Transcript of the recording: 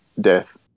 death